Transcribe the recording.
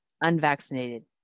unvaccinated